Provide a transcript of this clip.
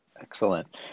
Excellent